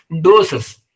doses